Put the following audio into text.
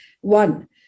one